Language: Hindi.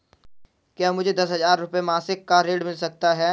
क्या मुझे दस हजार रुपये मासिक का ऋण मिल सकता है?